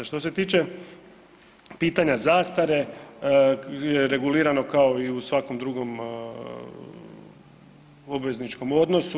Što se tiče pitanje zastare, regulirano kao i u svakom drugom obvezničkom odnosu.